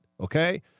okay